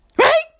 Right